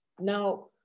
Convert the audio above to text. Now